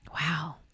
Wow